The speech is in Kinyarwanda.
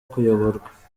kuyoborwa